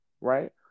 right